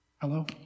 Hello